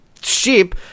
ship